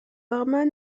barman